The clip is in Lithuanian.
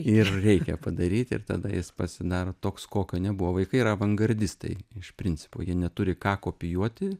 ir reikia padaryt ir tada jis pasidaro toks kokio nebuvo vaikai yra avangardistai iš principo jie neturi ką kopijuoti